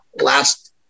last